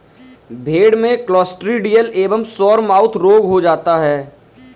भेड़ में क्लॉस्ट्रिडियल एवं सोरमाउथ रोग हो जाता है